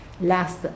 last